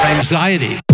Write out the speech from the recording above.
Anxiety